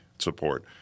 support